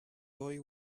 boy